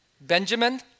Benjamin